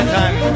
time